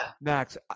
Max